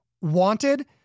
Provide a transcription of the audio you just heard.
wanted